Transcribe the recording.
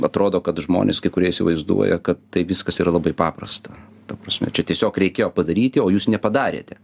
atrodo kad žmonės kai kurie įsivaizduoja kad tai viskas yra labai paprasta ta prasme čia tiesiog reikėjo padaryti o jūs nepadarėte